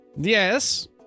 Yes